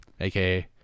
aka